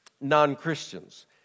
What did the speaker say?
non-Christians